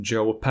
Joe